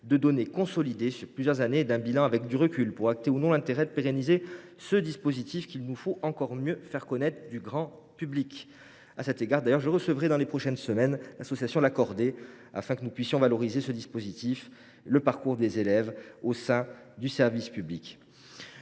de données consolidées sur plusieurs années et d’un bilan pour acter ou non, avec recul, l’intérêt de pérenniser ce dispositif qu’il nous faut encore mieux faire connaître au grand public. À cet égard, je recevrai dans les prochaines semaines l’association La Cordée afin que nous puissions valoriser le dispositif et les parcours des élèves au sein du service public.